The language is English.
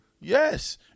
Yes